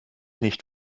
nicht